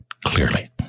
clearly